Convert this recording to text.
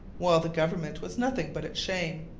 while the government was nothing but its shame.